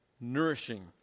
nourishing